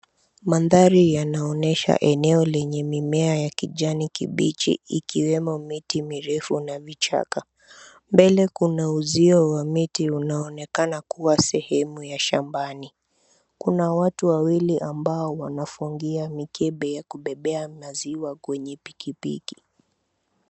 Mandhari yanaonyesha eneo lenye mimea ya kijani kibichi ikiwemo miti mirefu na vichaka. Mbele kuna uzio wa miti unaonekana kuwa sehemu ya shambani. Kuna watu wawili ambao wanafungia mikebe ya kubebea maziwa kwenye pikipiki.